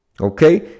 okay